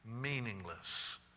Meaningless